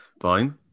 Fine